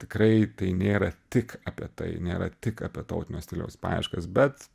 tikrai tai nėra tik apie tai nėra tik apie tautinio stiliaus paieškas bet